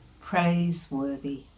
praiseworthy